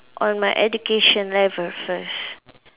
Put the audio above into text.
on my education level first